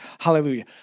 Hallelujah